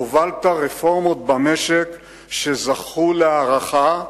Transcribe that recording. הובלת רפורמות במשק שזכו להערכה,